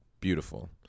beautiful